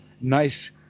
nice